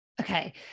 Okay